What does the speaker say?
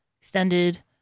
extended